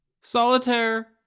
solitaire